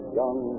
young